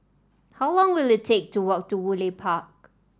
how long will it take to walk to Woodleigh Park